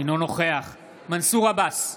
אינו נוכח מנסור עבאס,